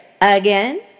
again